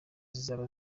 zizaba